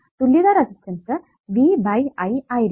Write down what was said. തുല്യത resistance V by I ആയിരിക്കും